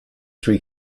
three